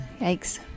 Yikes